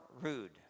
rude